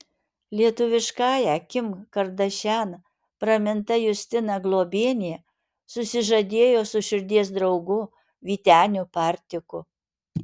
lietuviškąja kim kardašian praminta justina globienė susižadėjo su širdies draugu vyteniu partiku